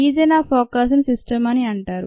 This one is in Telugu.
రీజియన్ ఆఫ్ ఫోకస్ ను సిస్టం అని అంటారు